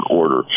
order